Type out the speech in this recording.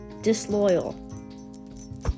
disloyal